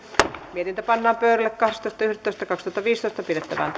mietintö pannaan pöydälle kahdestoista yhdettätoista kaksituhattaviisitoista pidettävään